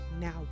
now